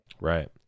right